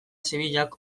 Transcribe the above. zibilak